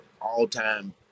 all-time